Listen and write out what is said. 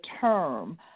term